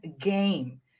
game